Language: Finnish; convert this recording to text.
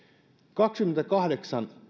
kaksikymmentäkahdeksan